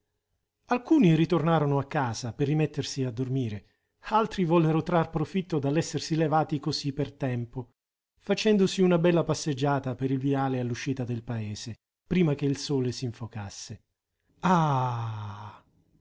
alcuni ritornarono a casa per rimettersi a dormire altri vollero trar profitto dall'essersi levati così per tempo facendosi una bella passeggiata per il viale all'uscita del paese prima che il sole s'infocasse ah